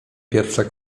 pierwsze